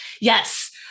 Yes